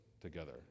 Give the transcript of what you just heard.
together